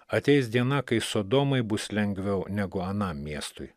ateis diena kai sodomai bus lengviau negu anam miestui